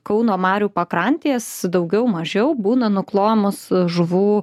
kauno marių pakrantės daugiau mažiau būna nuklojamos žuvų